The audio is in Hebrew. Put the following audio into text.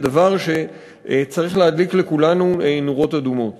זה דבר שצריך להדליק לכולנו נורות אדומות.